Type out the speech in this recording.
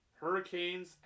Hurricanes